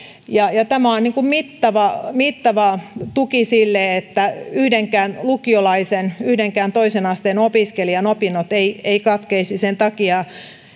tämä on mittava mittava tuki sille että yhdenkään lukiolaisen yhdenkään toisen asteen opiskelijan opinnot eivät katkeaisi sen takia